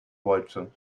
wollte